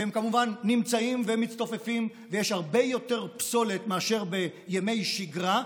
והם כמובן נמצאים ומצטופפים ויש הרבה יותר פסולת מאשר בימי שגרה,